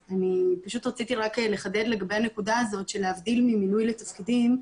אני פשוט רציתי רק לחדד לגבי הנקודה הזאת שלהבדיל ממינוי לתפקידים,